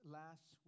last